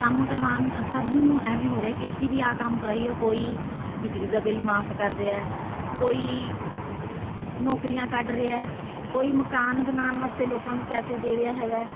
ਕੰਮ ਕਰਵਾਉਣ ਸਭ ਨੂੰ ਐਵੇਂ ਹੋ ਰਿਹਾ ਕਿ ਅਸੀਂ ਵੀ ਆਹ ਕੰਮ ਕਰਾਈਏ ਕੋਈ ਬਿਜਲੀ ਦਾ ਬਿੱਲ ਮਾਫ ਕਰ ਰਿਹਾ ਕੋਈ ਨੌਕਰੀਆਂ ਕੱਢ ਰਿਹਾ ਕੋਈ ਮਕਾਨ ਬਣਾਉਣ ਵਾਸਤੇ ਲੋਕਾਂ ਨੂੰ ਪੈਸੇ ਦੇ ਰਿਹਾ ਹੈਗਾ